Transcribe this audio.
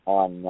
on